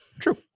True